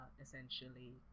essentially